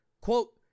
Quote